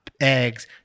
eggs